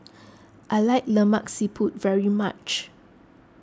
I like Lemak Siput very much